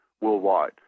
worldwide